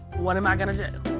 what am i gonna do?